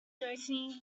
noticing